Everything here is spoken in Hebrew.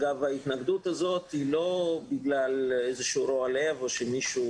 ההתנגדות הזו היא לא בגלל רוע לב או חוסר